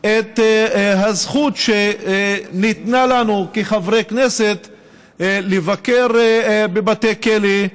את הזכות שניתנה לנו כחברי כנסת לבקר בבתי כלא,